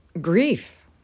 grief